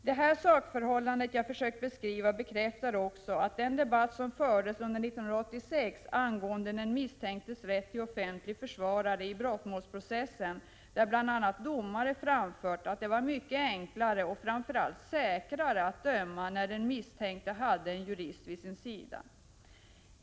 Det här sakförhållandet som jag har försökt att beskriva bekräftas också av den debatt som fördes under 1986 angående den misstänktes rätt till offentlig försvarare i brottmålsprocessen, där bl.a. domare framfört att det var mycket enklare, och framför allt säkrare, att döma när den misstänkte hade en jurist vid sin sida.